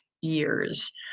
years